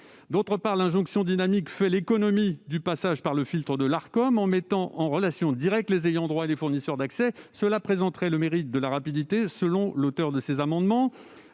D'autre part, l'injonction dynamique fait l'économie du passage par le filtre de l'Arcom, en mettant en relation directe les ayants droit et les fournisseurs d'accès. Cela présenterait le mérite de la rapidité, selon les auteurs de cet amendement.